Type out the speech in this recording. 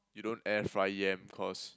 you don't air fry yam cause